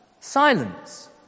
Silence